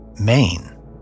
Maine